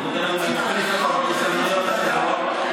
הוא בדרך כלל מחליף אותם בהזדמנויות אחרות.